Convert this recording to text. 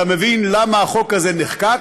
אתה מבין למה החוק הזה נחקק.